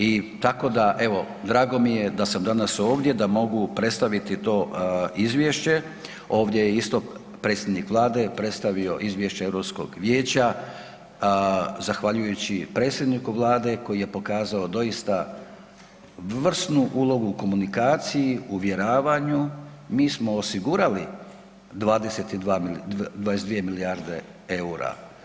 I tako da evo, drago mi je da sam danas ovdje, da mogu predstaviti to izvješće, ovdje je isto predsjednik Vlade predstavio izvješće Europskog vijeća, zahvaljujući predsjedniku Vlade koji je pokazao doista vrsnu ulogu u komunikaciji, u uvjeravanju, mi smo osigurali 22 milijarde eura.